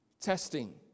testing